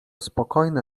spokojne